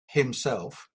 himself